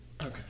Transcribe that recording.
okay